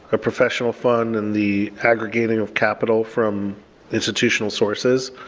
a professional fund and the aggregating of capital from institutional sources.